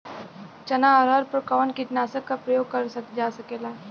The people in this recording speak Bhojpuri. चना अरहर पर कवन कीटनाशक क प्रयोग कर जा सकेला?